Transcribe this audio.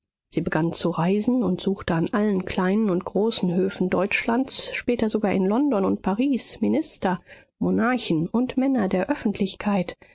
sie begann zu reisen und suchte an allen kleinen und großen höfen deutschlands später sogar in london und paris minister monarchen und männer der öffentlichkeit